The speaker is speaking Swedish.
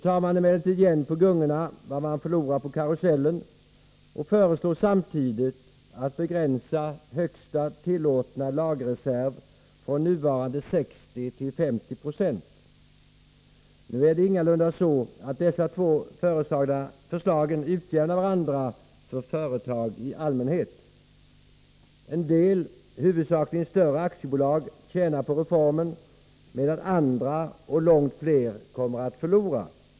Man tar emellertid igen på gungorna vad man förlorar på karusellen och föreslår samtidigt att högsta tillåtna lagerreserv skall begränsas från nuvarande 60 9 till 50 20. Nu är det ingalunda så att dessa två förslag utjämnar varandra för företag i allmänhet. En del, huvudsakligen större aktiebolag, tjänar på reformen, medan andra och långt fler kommer att förlora.